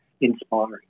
inspiring